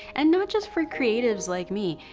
and not just for creatives like me.